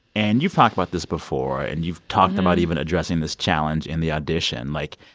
and you've talked about this before, and you've talked about even addressing this challenge in the audition. like,